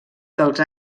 dels